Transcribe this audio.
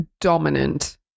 dominant